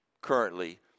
currently